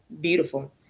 beautiful